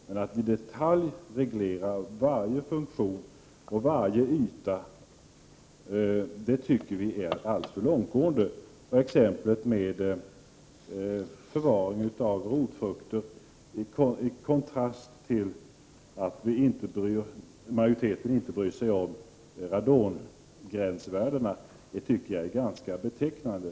Men att i detalj reglera varje funktion och varje yta tycker vi är att gå för långt. Exemplet med förvaring av rotfrukter i kontrast till att majoriteten inte bryr sig om radongränsvärdena är ganska betecknande.